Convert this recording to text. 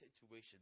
situation